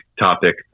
topic